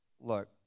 Look